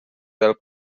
del